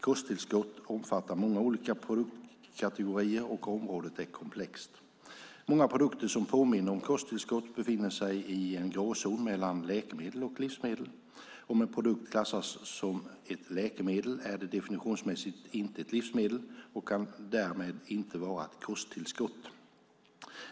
Kosttillskott omfattar många olika produktkategorier och området är komplext. Många produkter som påminner om kosttillskott befinner sig i en gråzon mellan läkemedel och livsmedel. Om en produkt klassas som ett läkemedel är den definitionsmässigt inte ett livsmedel och kan därmed inte vara ett kosttillskott.